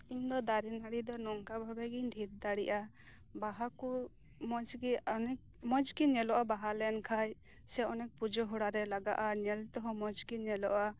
ᱤᱧ ᱫᱚ ᱫᱟᱨᱤ ᱱᱟᱲᱤ ᱫᱚ ᱱᱚᱝᱠᱟ ᱵᱷᱟᱵᱮᱜᱤᱧ ᱫᱷᱤᱨ ᱫᱟᱲᱮᱭᱟᱜᱼᱟ ᱵᱟᱦᱟᱠᱚ ᱢᱚᱪᱽᱜᱮ ᱟᱨ ᱚᱱᱮ ᱢᱚᱪᱽᱜᱮ ᱧᱮᱞᱚᱜᱼᱟ ᱵᱟᱦᱟ ᱞᱮᱱᱠᱷᱟᱱ ᱥᱮ ᱚᱱᱮ ᱯᱩᱡᱟᱹ ᱦᱚᱨᱟᱨᱮ ᱞᱟᱜᱟᱜᱼᱟ ᱧᱮᱞ ᱛᱮᱦᱚᱸ ᱢᱚᱪᱜᱮ ᱧᱮᱞᱚᱜᱼᱟ